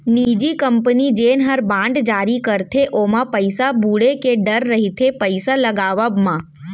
निजी कंपनी जेन हर बांड जारी करथे ओमा पइसा बुड़े के डर रइथे पइसा लगावब म